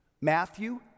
Matthew